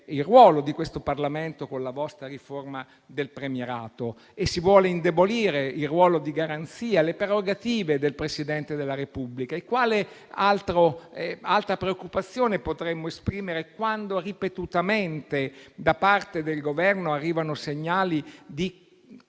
il ruolo di questo Parlamento con la vostra riforma del premierato e si vogliono indebolire il ruolo di garanzia e le prerogative del Presidente della Repubblica? Altra preoccupazione potremmo esprimere quando ripetutamente da parte del Governo arrivano segnali di